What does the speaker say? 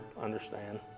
understand